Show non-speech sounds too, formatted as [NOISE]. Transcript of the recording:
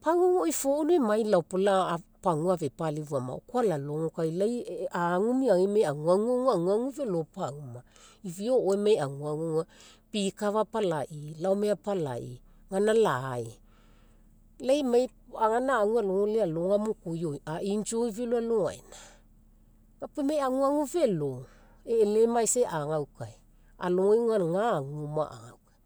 Pau auga oi phone emai pagaua afepalifua ma oko alalogo, kai lai agu imaiagai aguagu aguagu felo pauma iviaoi o'oae emai aguagu auga, pikafa apalaii laomai apalaii gaina lai. Lai [HESITATION] gaina agu alogai alogama oko ioina. a'enjoy felo alogaina. Ga puo emai aguagu felo, eelelamaisai eagaukau alogai auga ga agu oma agaukae,